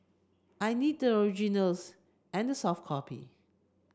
I need the originals and the soft copy